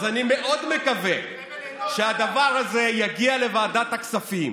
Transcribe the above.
אז אני מאוד מקווה שהדבר הזה יגיע לוועדת הכספים